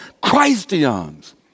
Christians